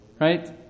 Right